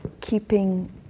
keeping